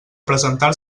presentar